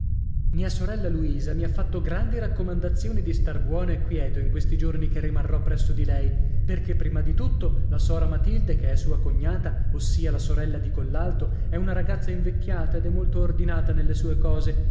mia sorella luisa mi ha fatto grandi raccomandazioni di star buono e quieto in questi giorni che rimarrò presso di lei perché prima di tutto la sora matilde che è sua cognata ossia la sorella di collalto è una ragazza invecchiata ed è molto ordinata nelle sue cose